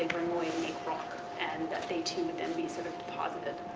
away in the rock, and that they, too, would then be sort of deposited